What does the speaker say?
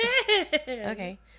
Okay